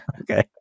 okay